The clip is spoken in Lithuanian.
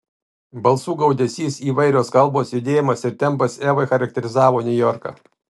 balsų gaudesys įvairios kalbos judėjimas ir tempas evai charakterizavo niujorką